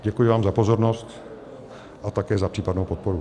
Děkuji vám za pozornost a také za případnou podporu.